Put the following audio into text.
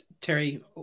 Terry